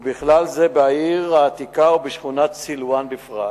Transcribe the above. ובכלל זה בעיר העתיקה ובשכונת סילואן בפרט.